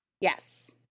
Yes